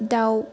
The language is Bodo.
दाउ